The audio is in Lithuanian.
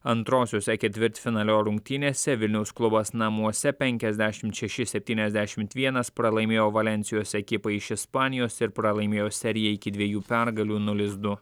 antrosiose ketvirtfinalio rungtynėse vilniaus klubas namuose penkiasdešim šeši septyniasdešimt vienas pralaimėjo valensijos ekipai iš ispanijos ir pralaimėjo seriją iki dviejų pergalių nulis du